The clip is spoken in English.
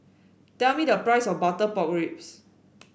tell me the price of Butter Pork Ribs